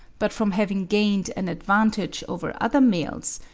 but from having gained an advantage over other males,